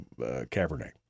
Cabernet